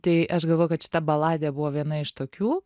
tai aš galvoju kad šita baladė buvo viena iš tokių